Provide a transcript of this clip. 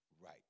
right